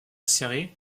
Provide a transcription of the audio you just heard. série